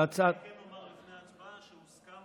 אני רוצה לומר לפני ההצבעה שהוסכם